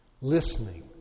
listening